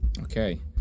Okay